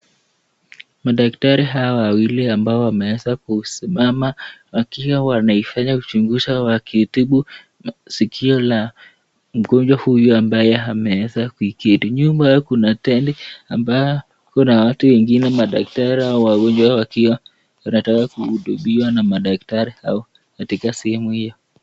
Madaktari hao wawili ambao wameweza kusimama wakiwa wanaifanya uchunguzi wakimtibu sikio la mgonjwa huyu ambaye ameweza kuikili. Nyuma yao kuna tenti ambayo kuna watu wengine madaktari wa huyo wakiwa wanataka kuhudumiwa na madaktari hao katika simu hio.